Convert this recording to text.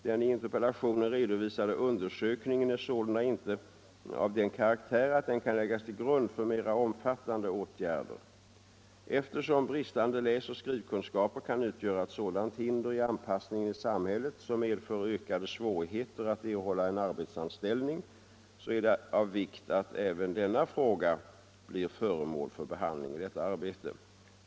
Den i interpellationen redovisade undersökningen är sålunda inte av den karaktär att den kan läggas till grund för mera omfattande åtgärder. Eftersom bristande läsoch skrivkunskaper kan utgöra ett sådant hinder i anpassningen i samhället som medför ökade svårigheter att erhålla en arbetsanställning är det av vikt att även denna fråga blir föremål för behandling i detta arbete.